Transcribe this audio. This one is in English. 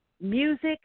Music